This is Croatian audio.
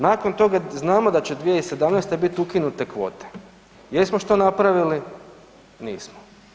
Nakon toga znamo da će 2017. biti ukinute kvote, jesmo što napravili, nismo.